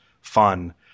fun